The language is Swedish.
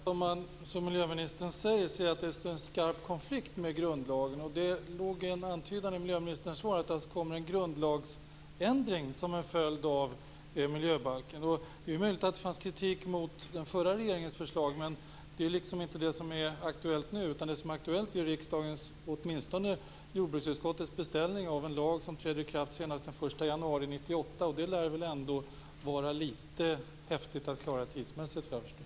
Fru talman! Uppenbarligen står detta, som miljöministern säger, i en skarp konflikt med grundlagen. I miljöministerns svar fanns en antydan om att det kommer en grundlagsändring som en följd av miljöbalken. Det är möjligt att det fanns kritik mot den förra regeringens förslag, men det är inte det som är aktuellt nu. Det som är aktuellt nu är riksdagens - åtminstone jordbruksutskottets - beställning av en lag som träder i kraft senast den 1 januari 1998. Det lär väl ändå vara litet för häftigt att klara det tidsmässigt, vad jag förstår.